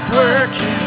working